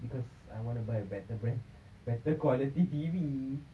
because I wanna buy a better brand better quality T_V